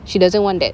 she doesn't want that